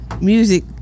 music